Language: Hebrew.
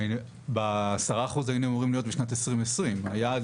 היינו אמורים להיות ב-10% בשנת 2020. היעד